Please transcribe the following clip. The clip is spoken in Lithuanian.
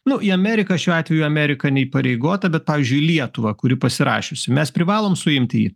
nu į ameriką šiuo atveju amerika neįpareigota bet pavyzdžiui lietuva kuri pasirašiusi mes privalom suimti jį